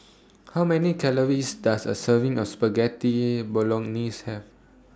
How Many Calories Does A Serving of Spaghetti Bolognese Have